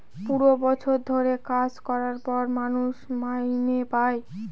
পুরো বছর ধরে কাজ করার পর মানুষ মাইনে পাই